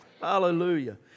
hallelujah